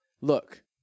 Look